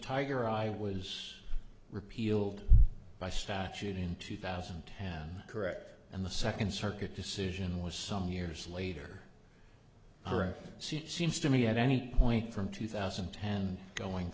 tiger i was repealed by statute in two thousand and ten correct and the second circuit decision was some years later see it seems to me at any point from two thousand and ten going